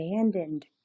abandoned